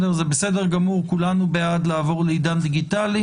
זה בסדר גמור, כולנו בעד לעבור לעידן דיגיטלי